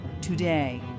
today